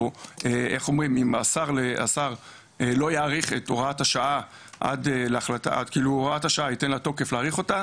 אם השר לא יאריך את הוראת השעה וייתן לה תוקף להאריך אותה,